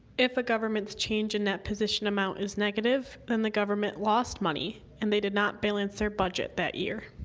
if a government change in that position amount is negative then the government lost money and they did not balance their budget that year.